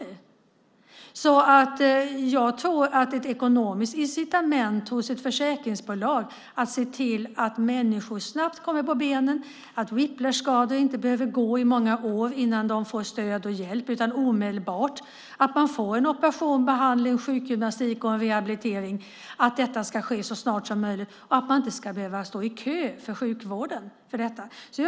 Jag tror att det vore bra med ett ekonomiskt incitament hos ett försäkringsbolag att se till att människor snabbt kommer på benen, att människor inte behöver gå med whiplashskador i många år innan de får stöd och hjälp utan får det omedelbart, att man får operation, behandling, sjukgymnastik och rehabilitering, att detta ska ske så snart som möjligt och att man inte ska behöva stå i kö till sjukvården för detta.